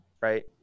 right